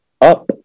up